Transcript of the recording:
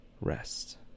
rest